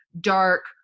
dark